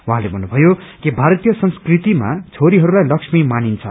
उहाँले भन्नुभयो कि भारतीय संस्कृतिमा छोरीहरूलाई लक्ष्मी मानिन्छ